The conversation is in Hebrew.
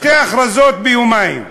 שתי הכרזות ביומיים.